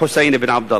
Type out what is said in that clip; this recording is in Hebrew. חוסיין אבן עלי.